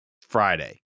Friday